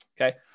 Okay